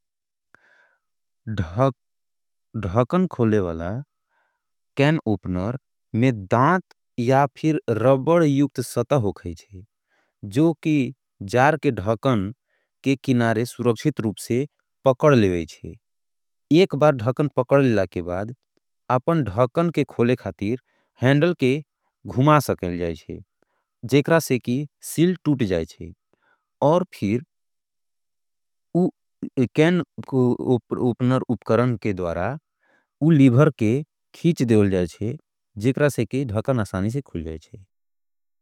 धखन खोलेवला can opener में दान्त या फिर रबड यूक्त सतः होगा है जो की जार के धखन के किनारे सुरक्षित रूप से पकड़ लेवा है। एक बार धखन पकड़ लेला के बाद आपन धखन के खोले खातीर हैंडल के घुमा सकेल जायें। जेकरा से की सिल तूट जायें। और फिर कैन उपनर उपकरन के द्वारा उ लिवर के खीच देवल जायें। जेकरा से की धखन असानी से खोल जायें।